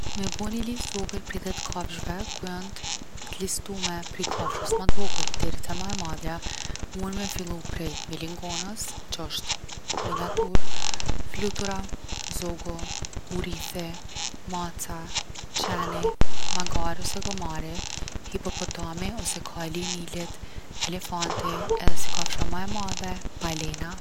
Me bo ni list t’vogel prej 10 kafshve ku jon t’listume prej kafshës ma t’vogel deri te ma e madhja munem me fillu prej milingonës që osht miniatur’. Flutura, zogu, urithi, maca, qeni, magari ose gomari, hipopotami ose kali i nilit, elefanti, edhe si kafsha ma e madhe, balena.